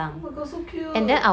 oh my god so cute